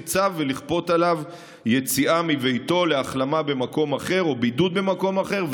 צו ולכפות עליו יציאה מביתו להחלמה במקום אחר או לבידוד במקום אחר.